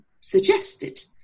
suggested